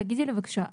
תגידי לי בבקשה,